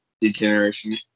degeneration